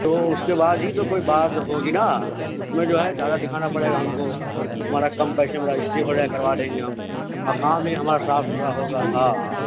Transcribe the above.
تو اس کے بعد ہی تو کوئی بات ہوگی نا اس میں جو ہے زیادہ دکھانا پڑے گا ہم کو تمہارا کم پیسے میں رجسٹری ہو جائے کروا دیں گے ہم اور کام بھی ہمارا صاف ستھرا ہوگا ہاں ہاں